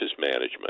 management